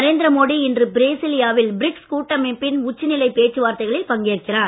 நரேந்திர மோடி இன்று பிரேசிலியாவில் பிரிக்ஸ் கூட்டமைப்பின் உச்சிநிலை பேச்சுவார்த்தைகளில் பங்கேற்கிறார்